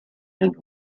and